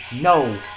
No